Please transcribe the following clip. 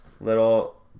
little